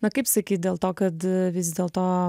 na kaip sakyt dėl to kad vis dėlto